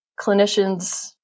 clinicians